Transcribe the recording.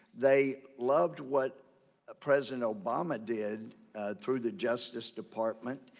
they loved what ah president obama did through the justice department,